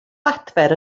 adfer